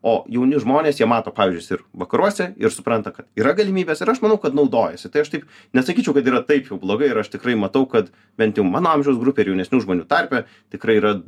o jauni žmonės jie mato pavyzdžius ir vakaruose ir supranta kad yra galimybės ir aš manau kad naudojasi tai aš taip nesakyčiau kad yra taip jau blogai ir aš tikrai matau kad bent jau mano amžiaus grupėj ir jaunesnių žmonių tarpe tikrai yra